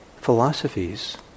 philosophies